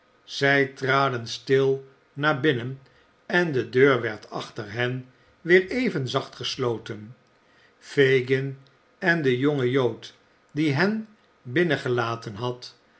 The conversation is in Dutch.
zij traden stil naar binnen en de deur werd achter hen weer even zacht gesloten fagin en de jonge jood die hen binnengelaten had